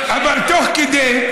אבל תוך כדי,